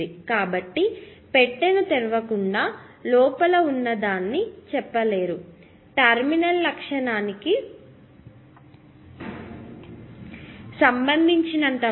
కాబట్టి పెట్టెను తెరవకుండా లోపల ఉన్నదాన్ని చెప్పలేరు టెర్మినల్ లక్షణానికి సంబంధించినంతవరకు ఇది కేవలం రెసిస్టర్